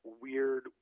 weird